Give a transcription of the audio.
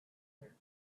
their